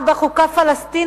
4. חוקה פלסטינית